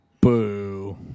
Boo